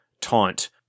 taunt